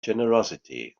generosity